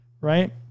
right